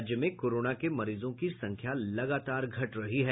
राज्य में कोरोना के मरीजों की संख्या लगातार घट रही है